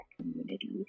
community